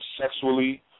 sexually